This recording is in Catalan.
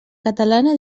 catalana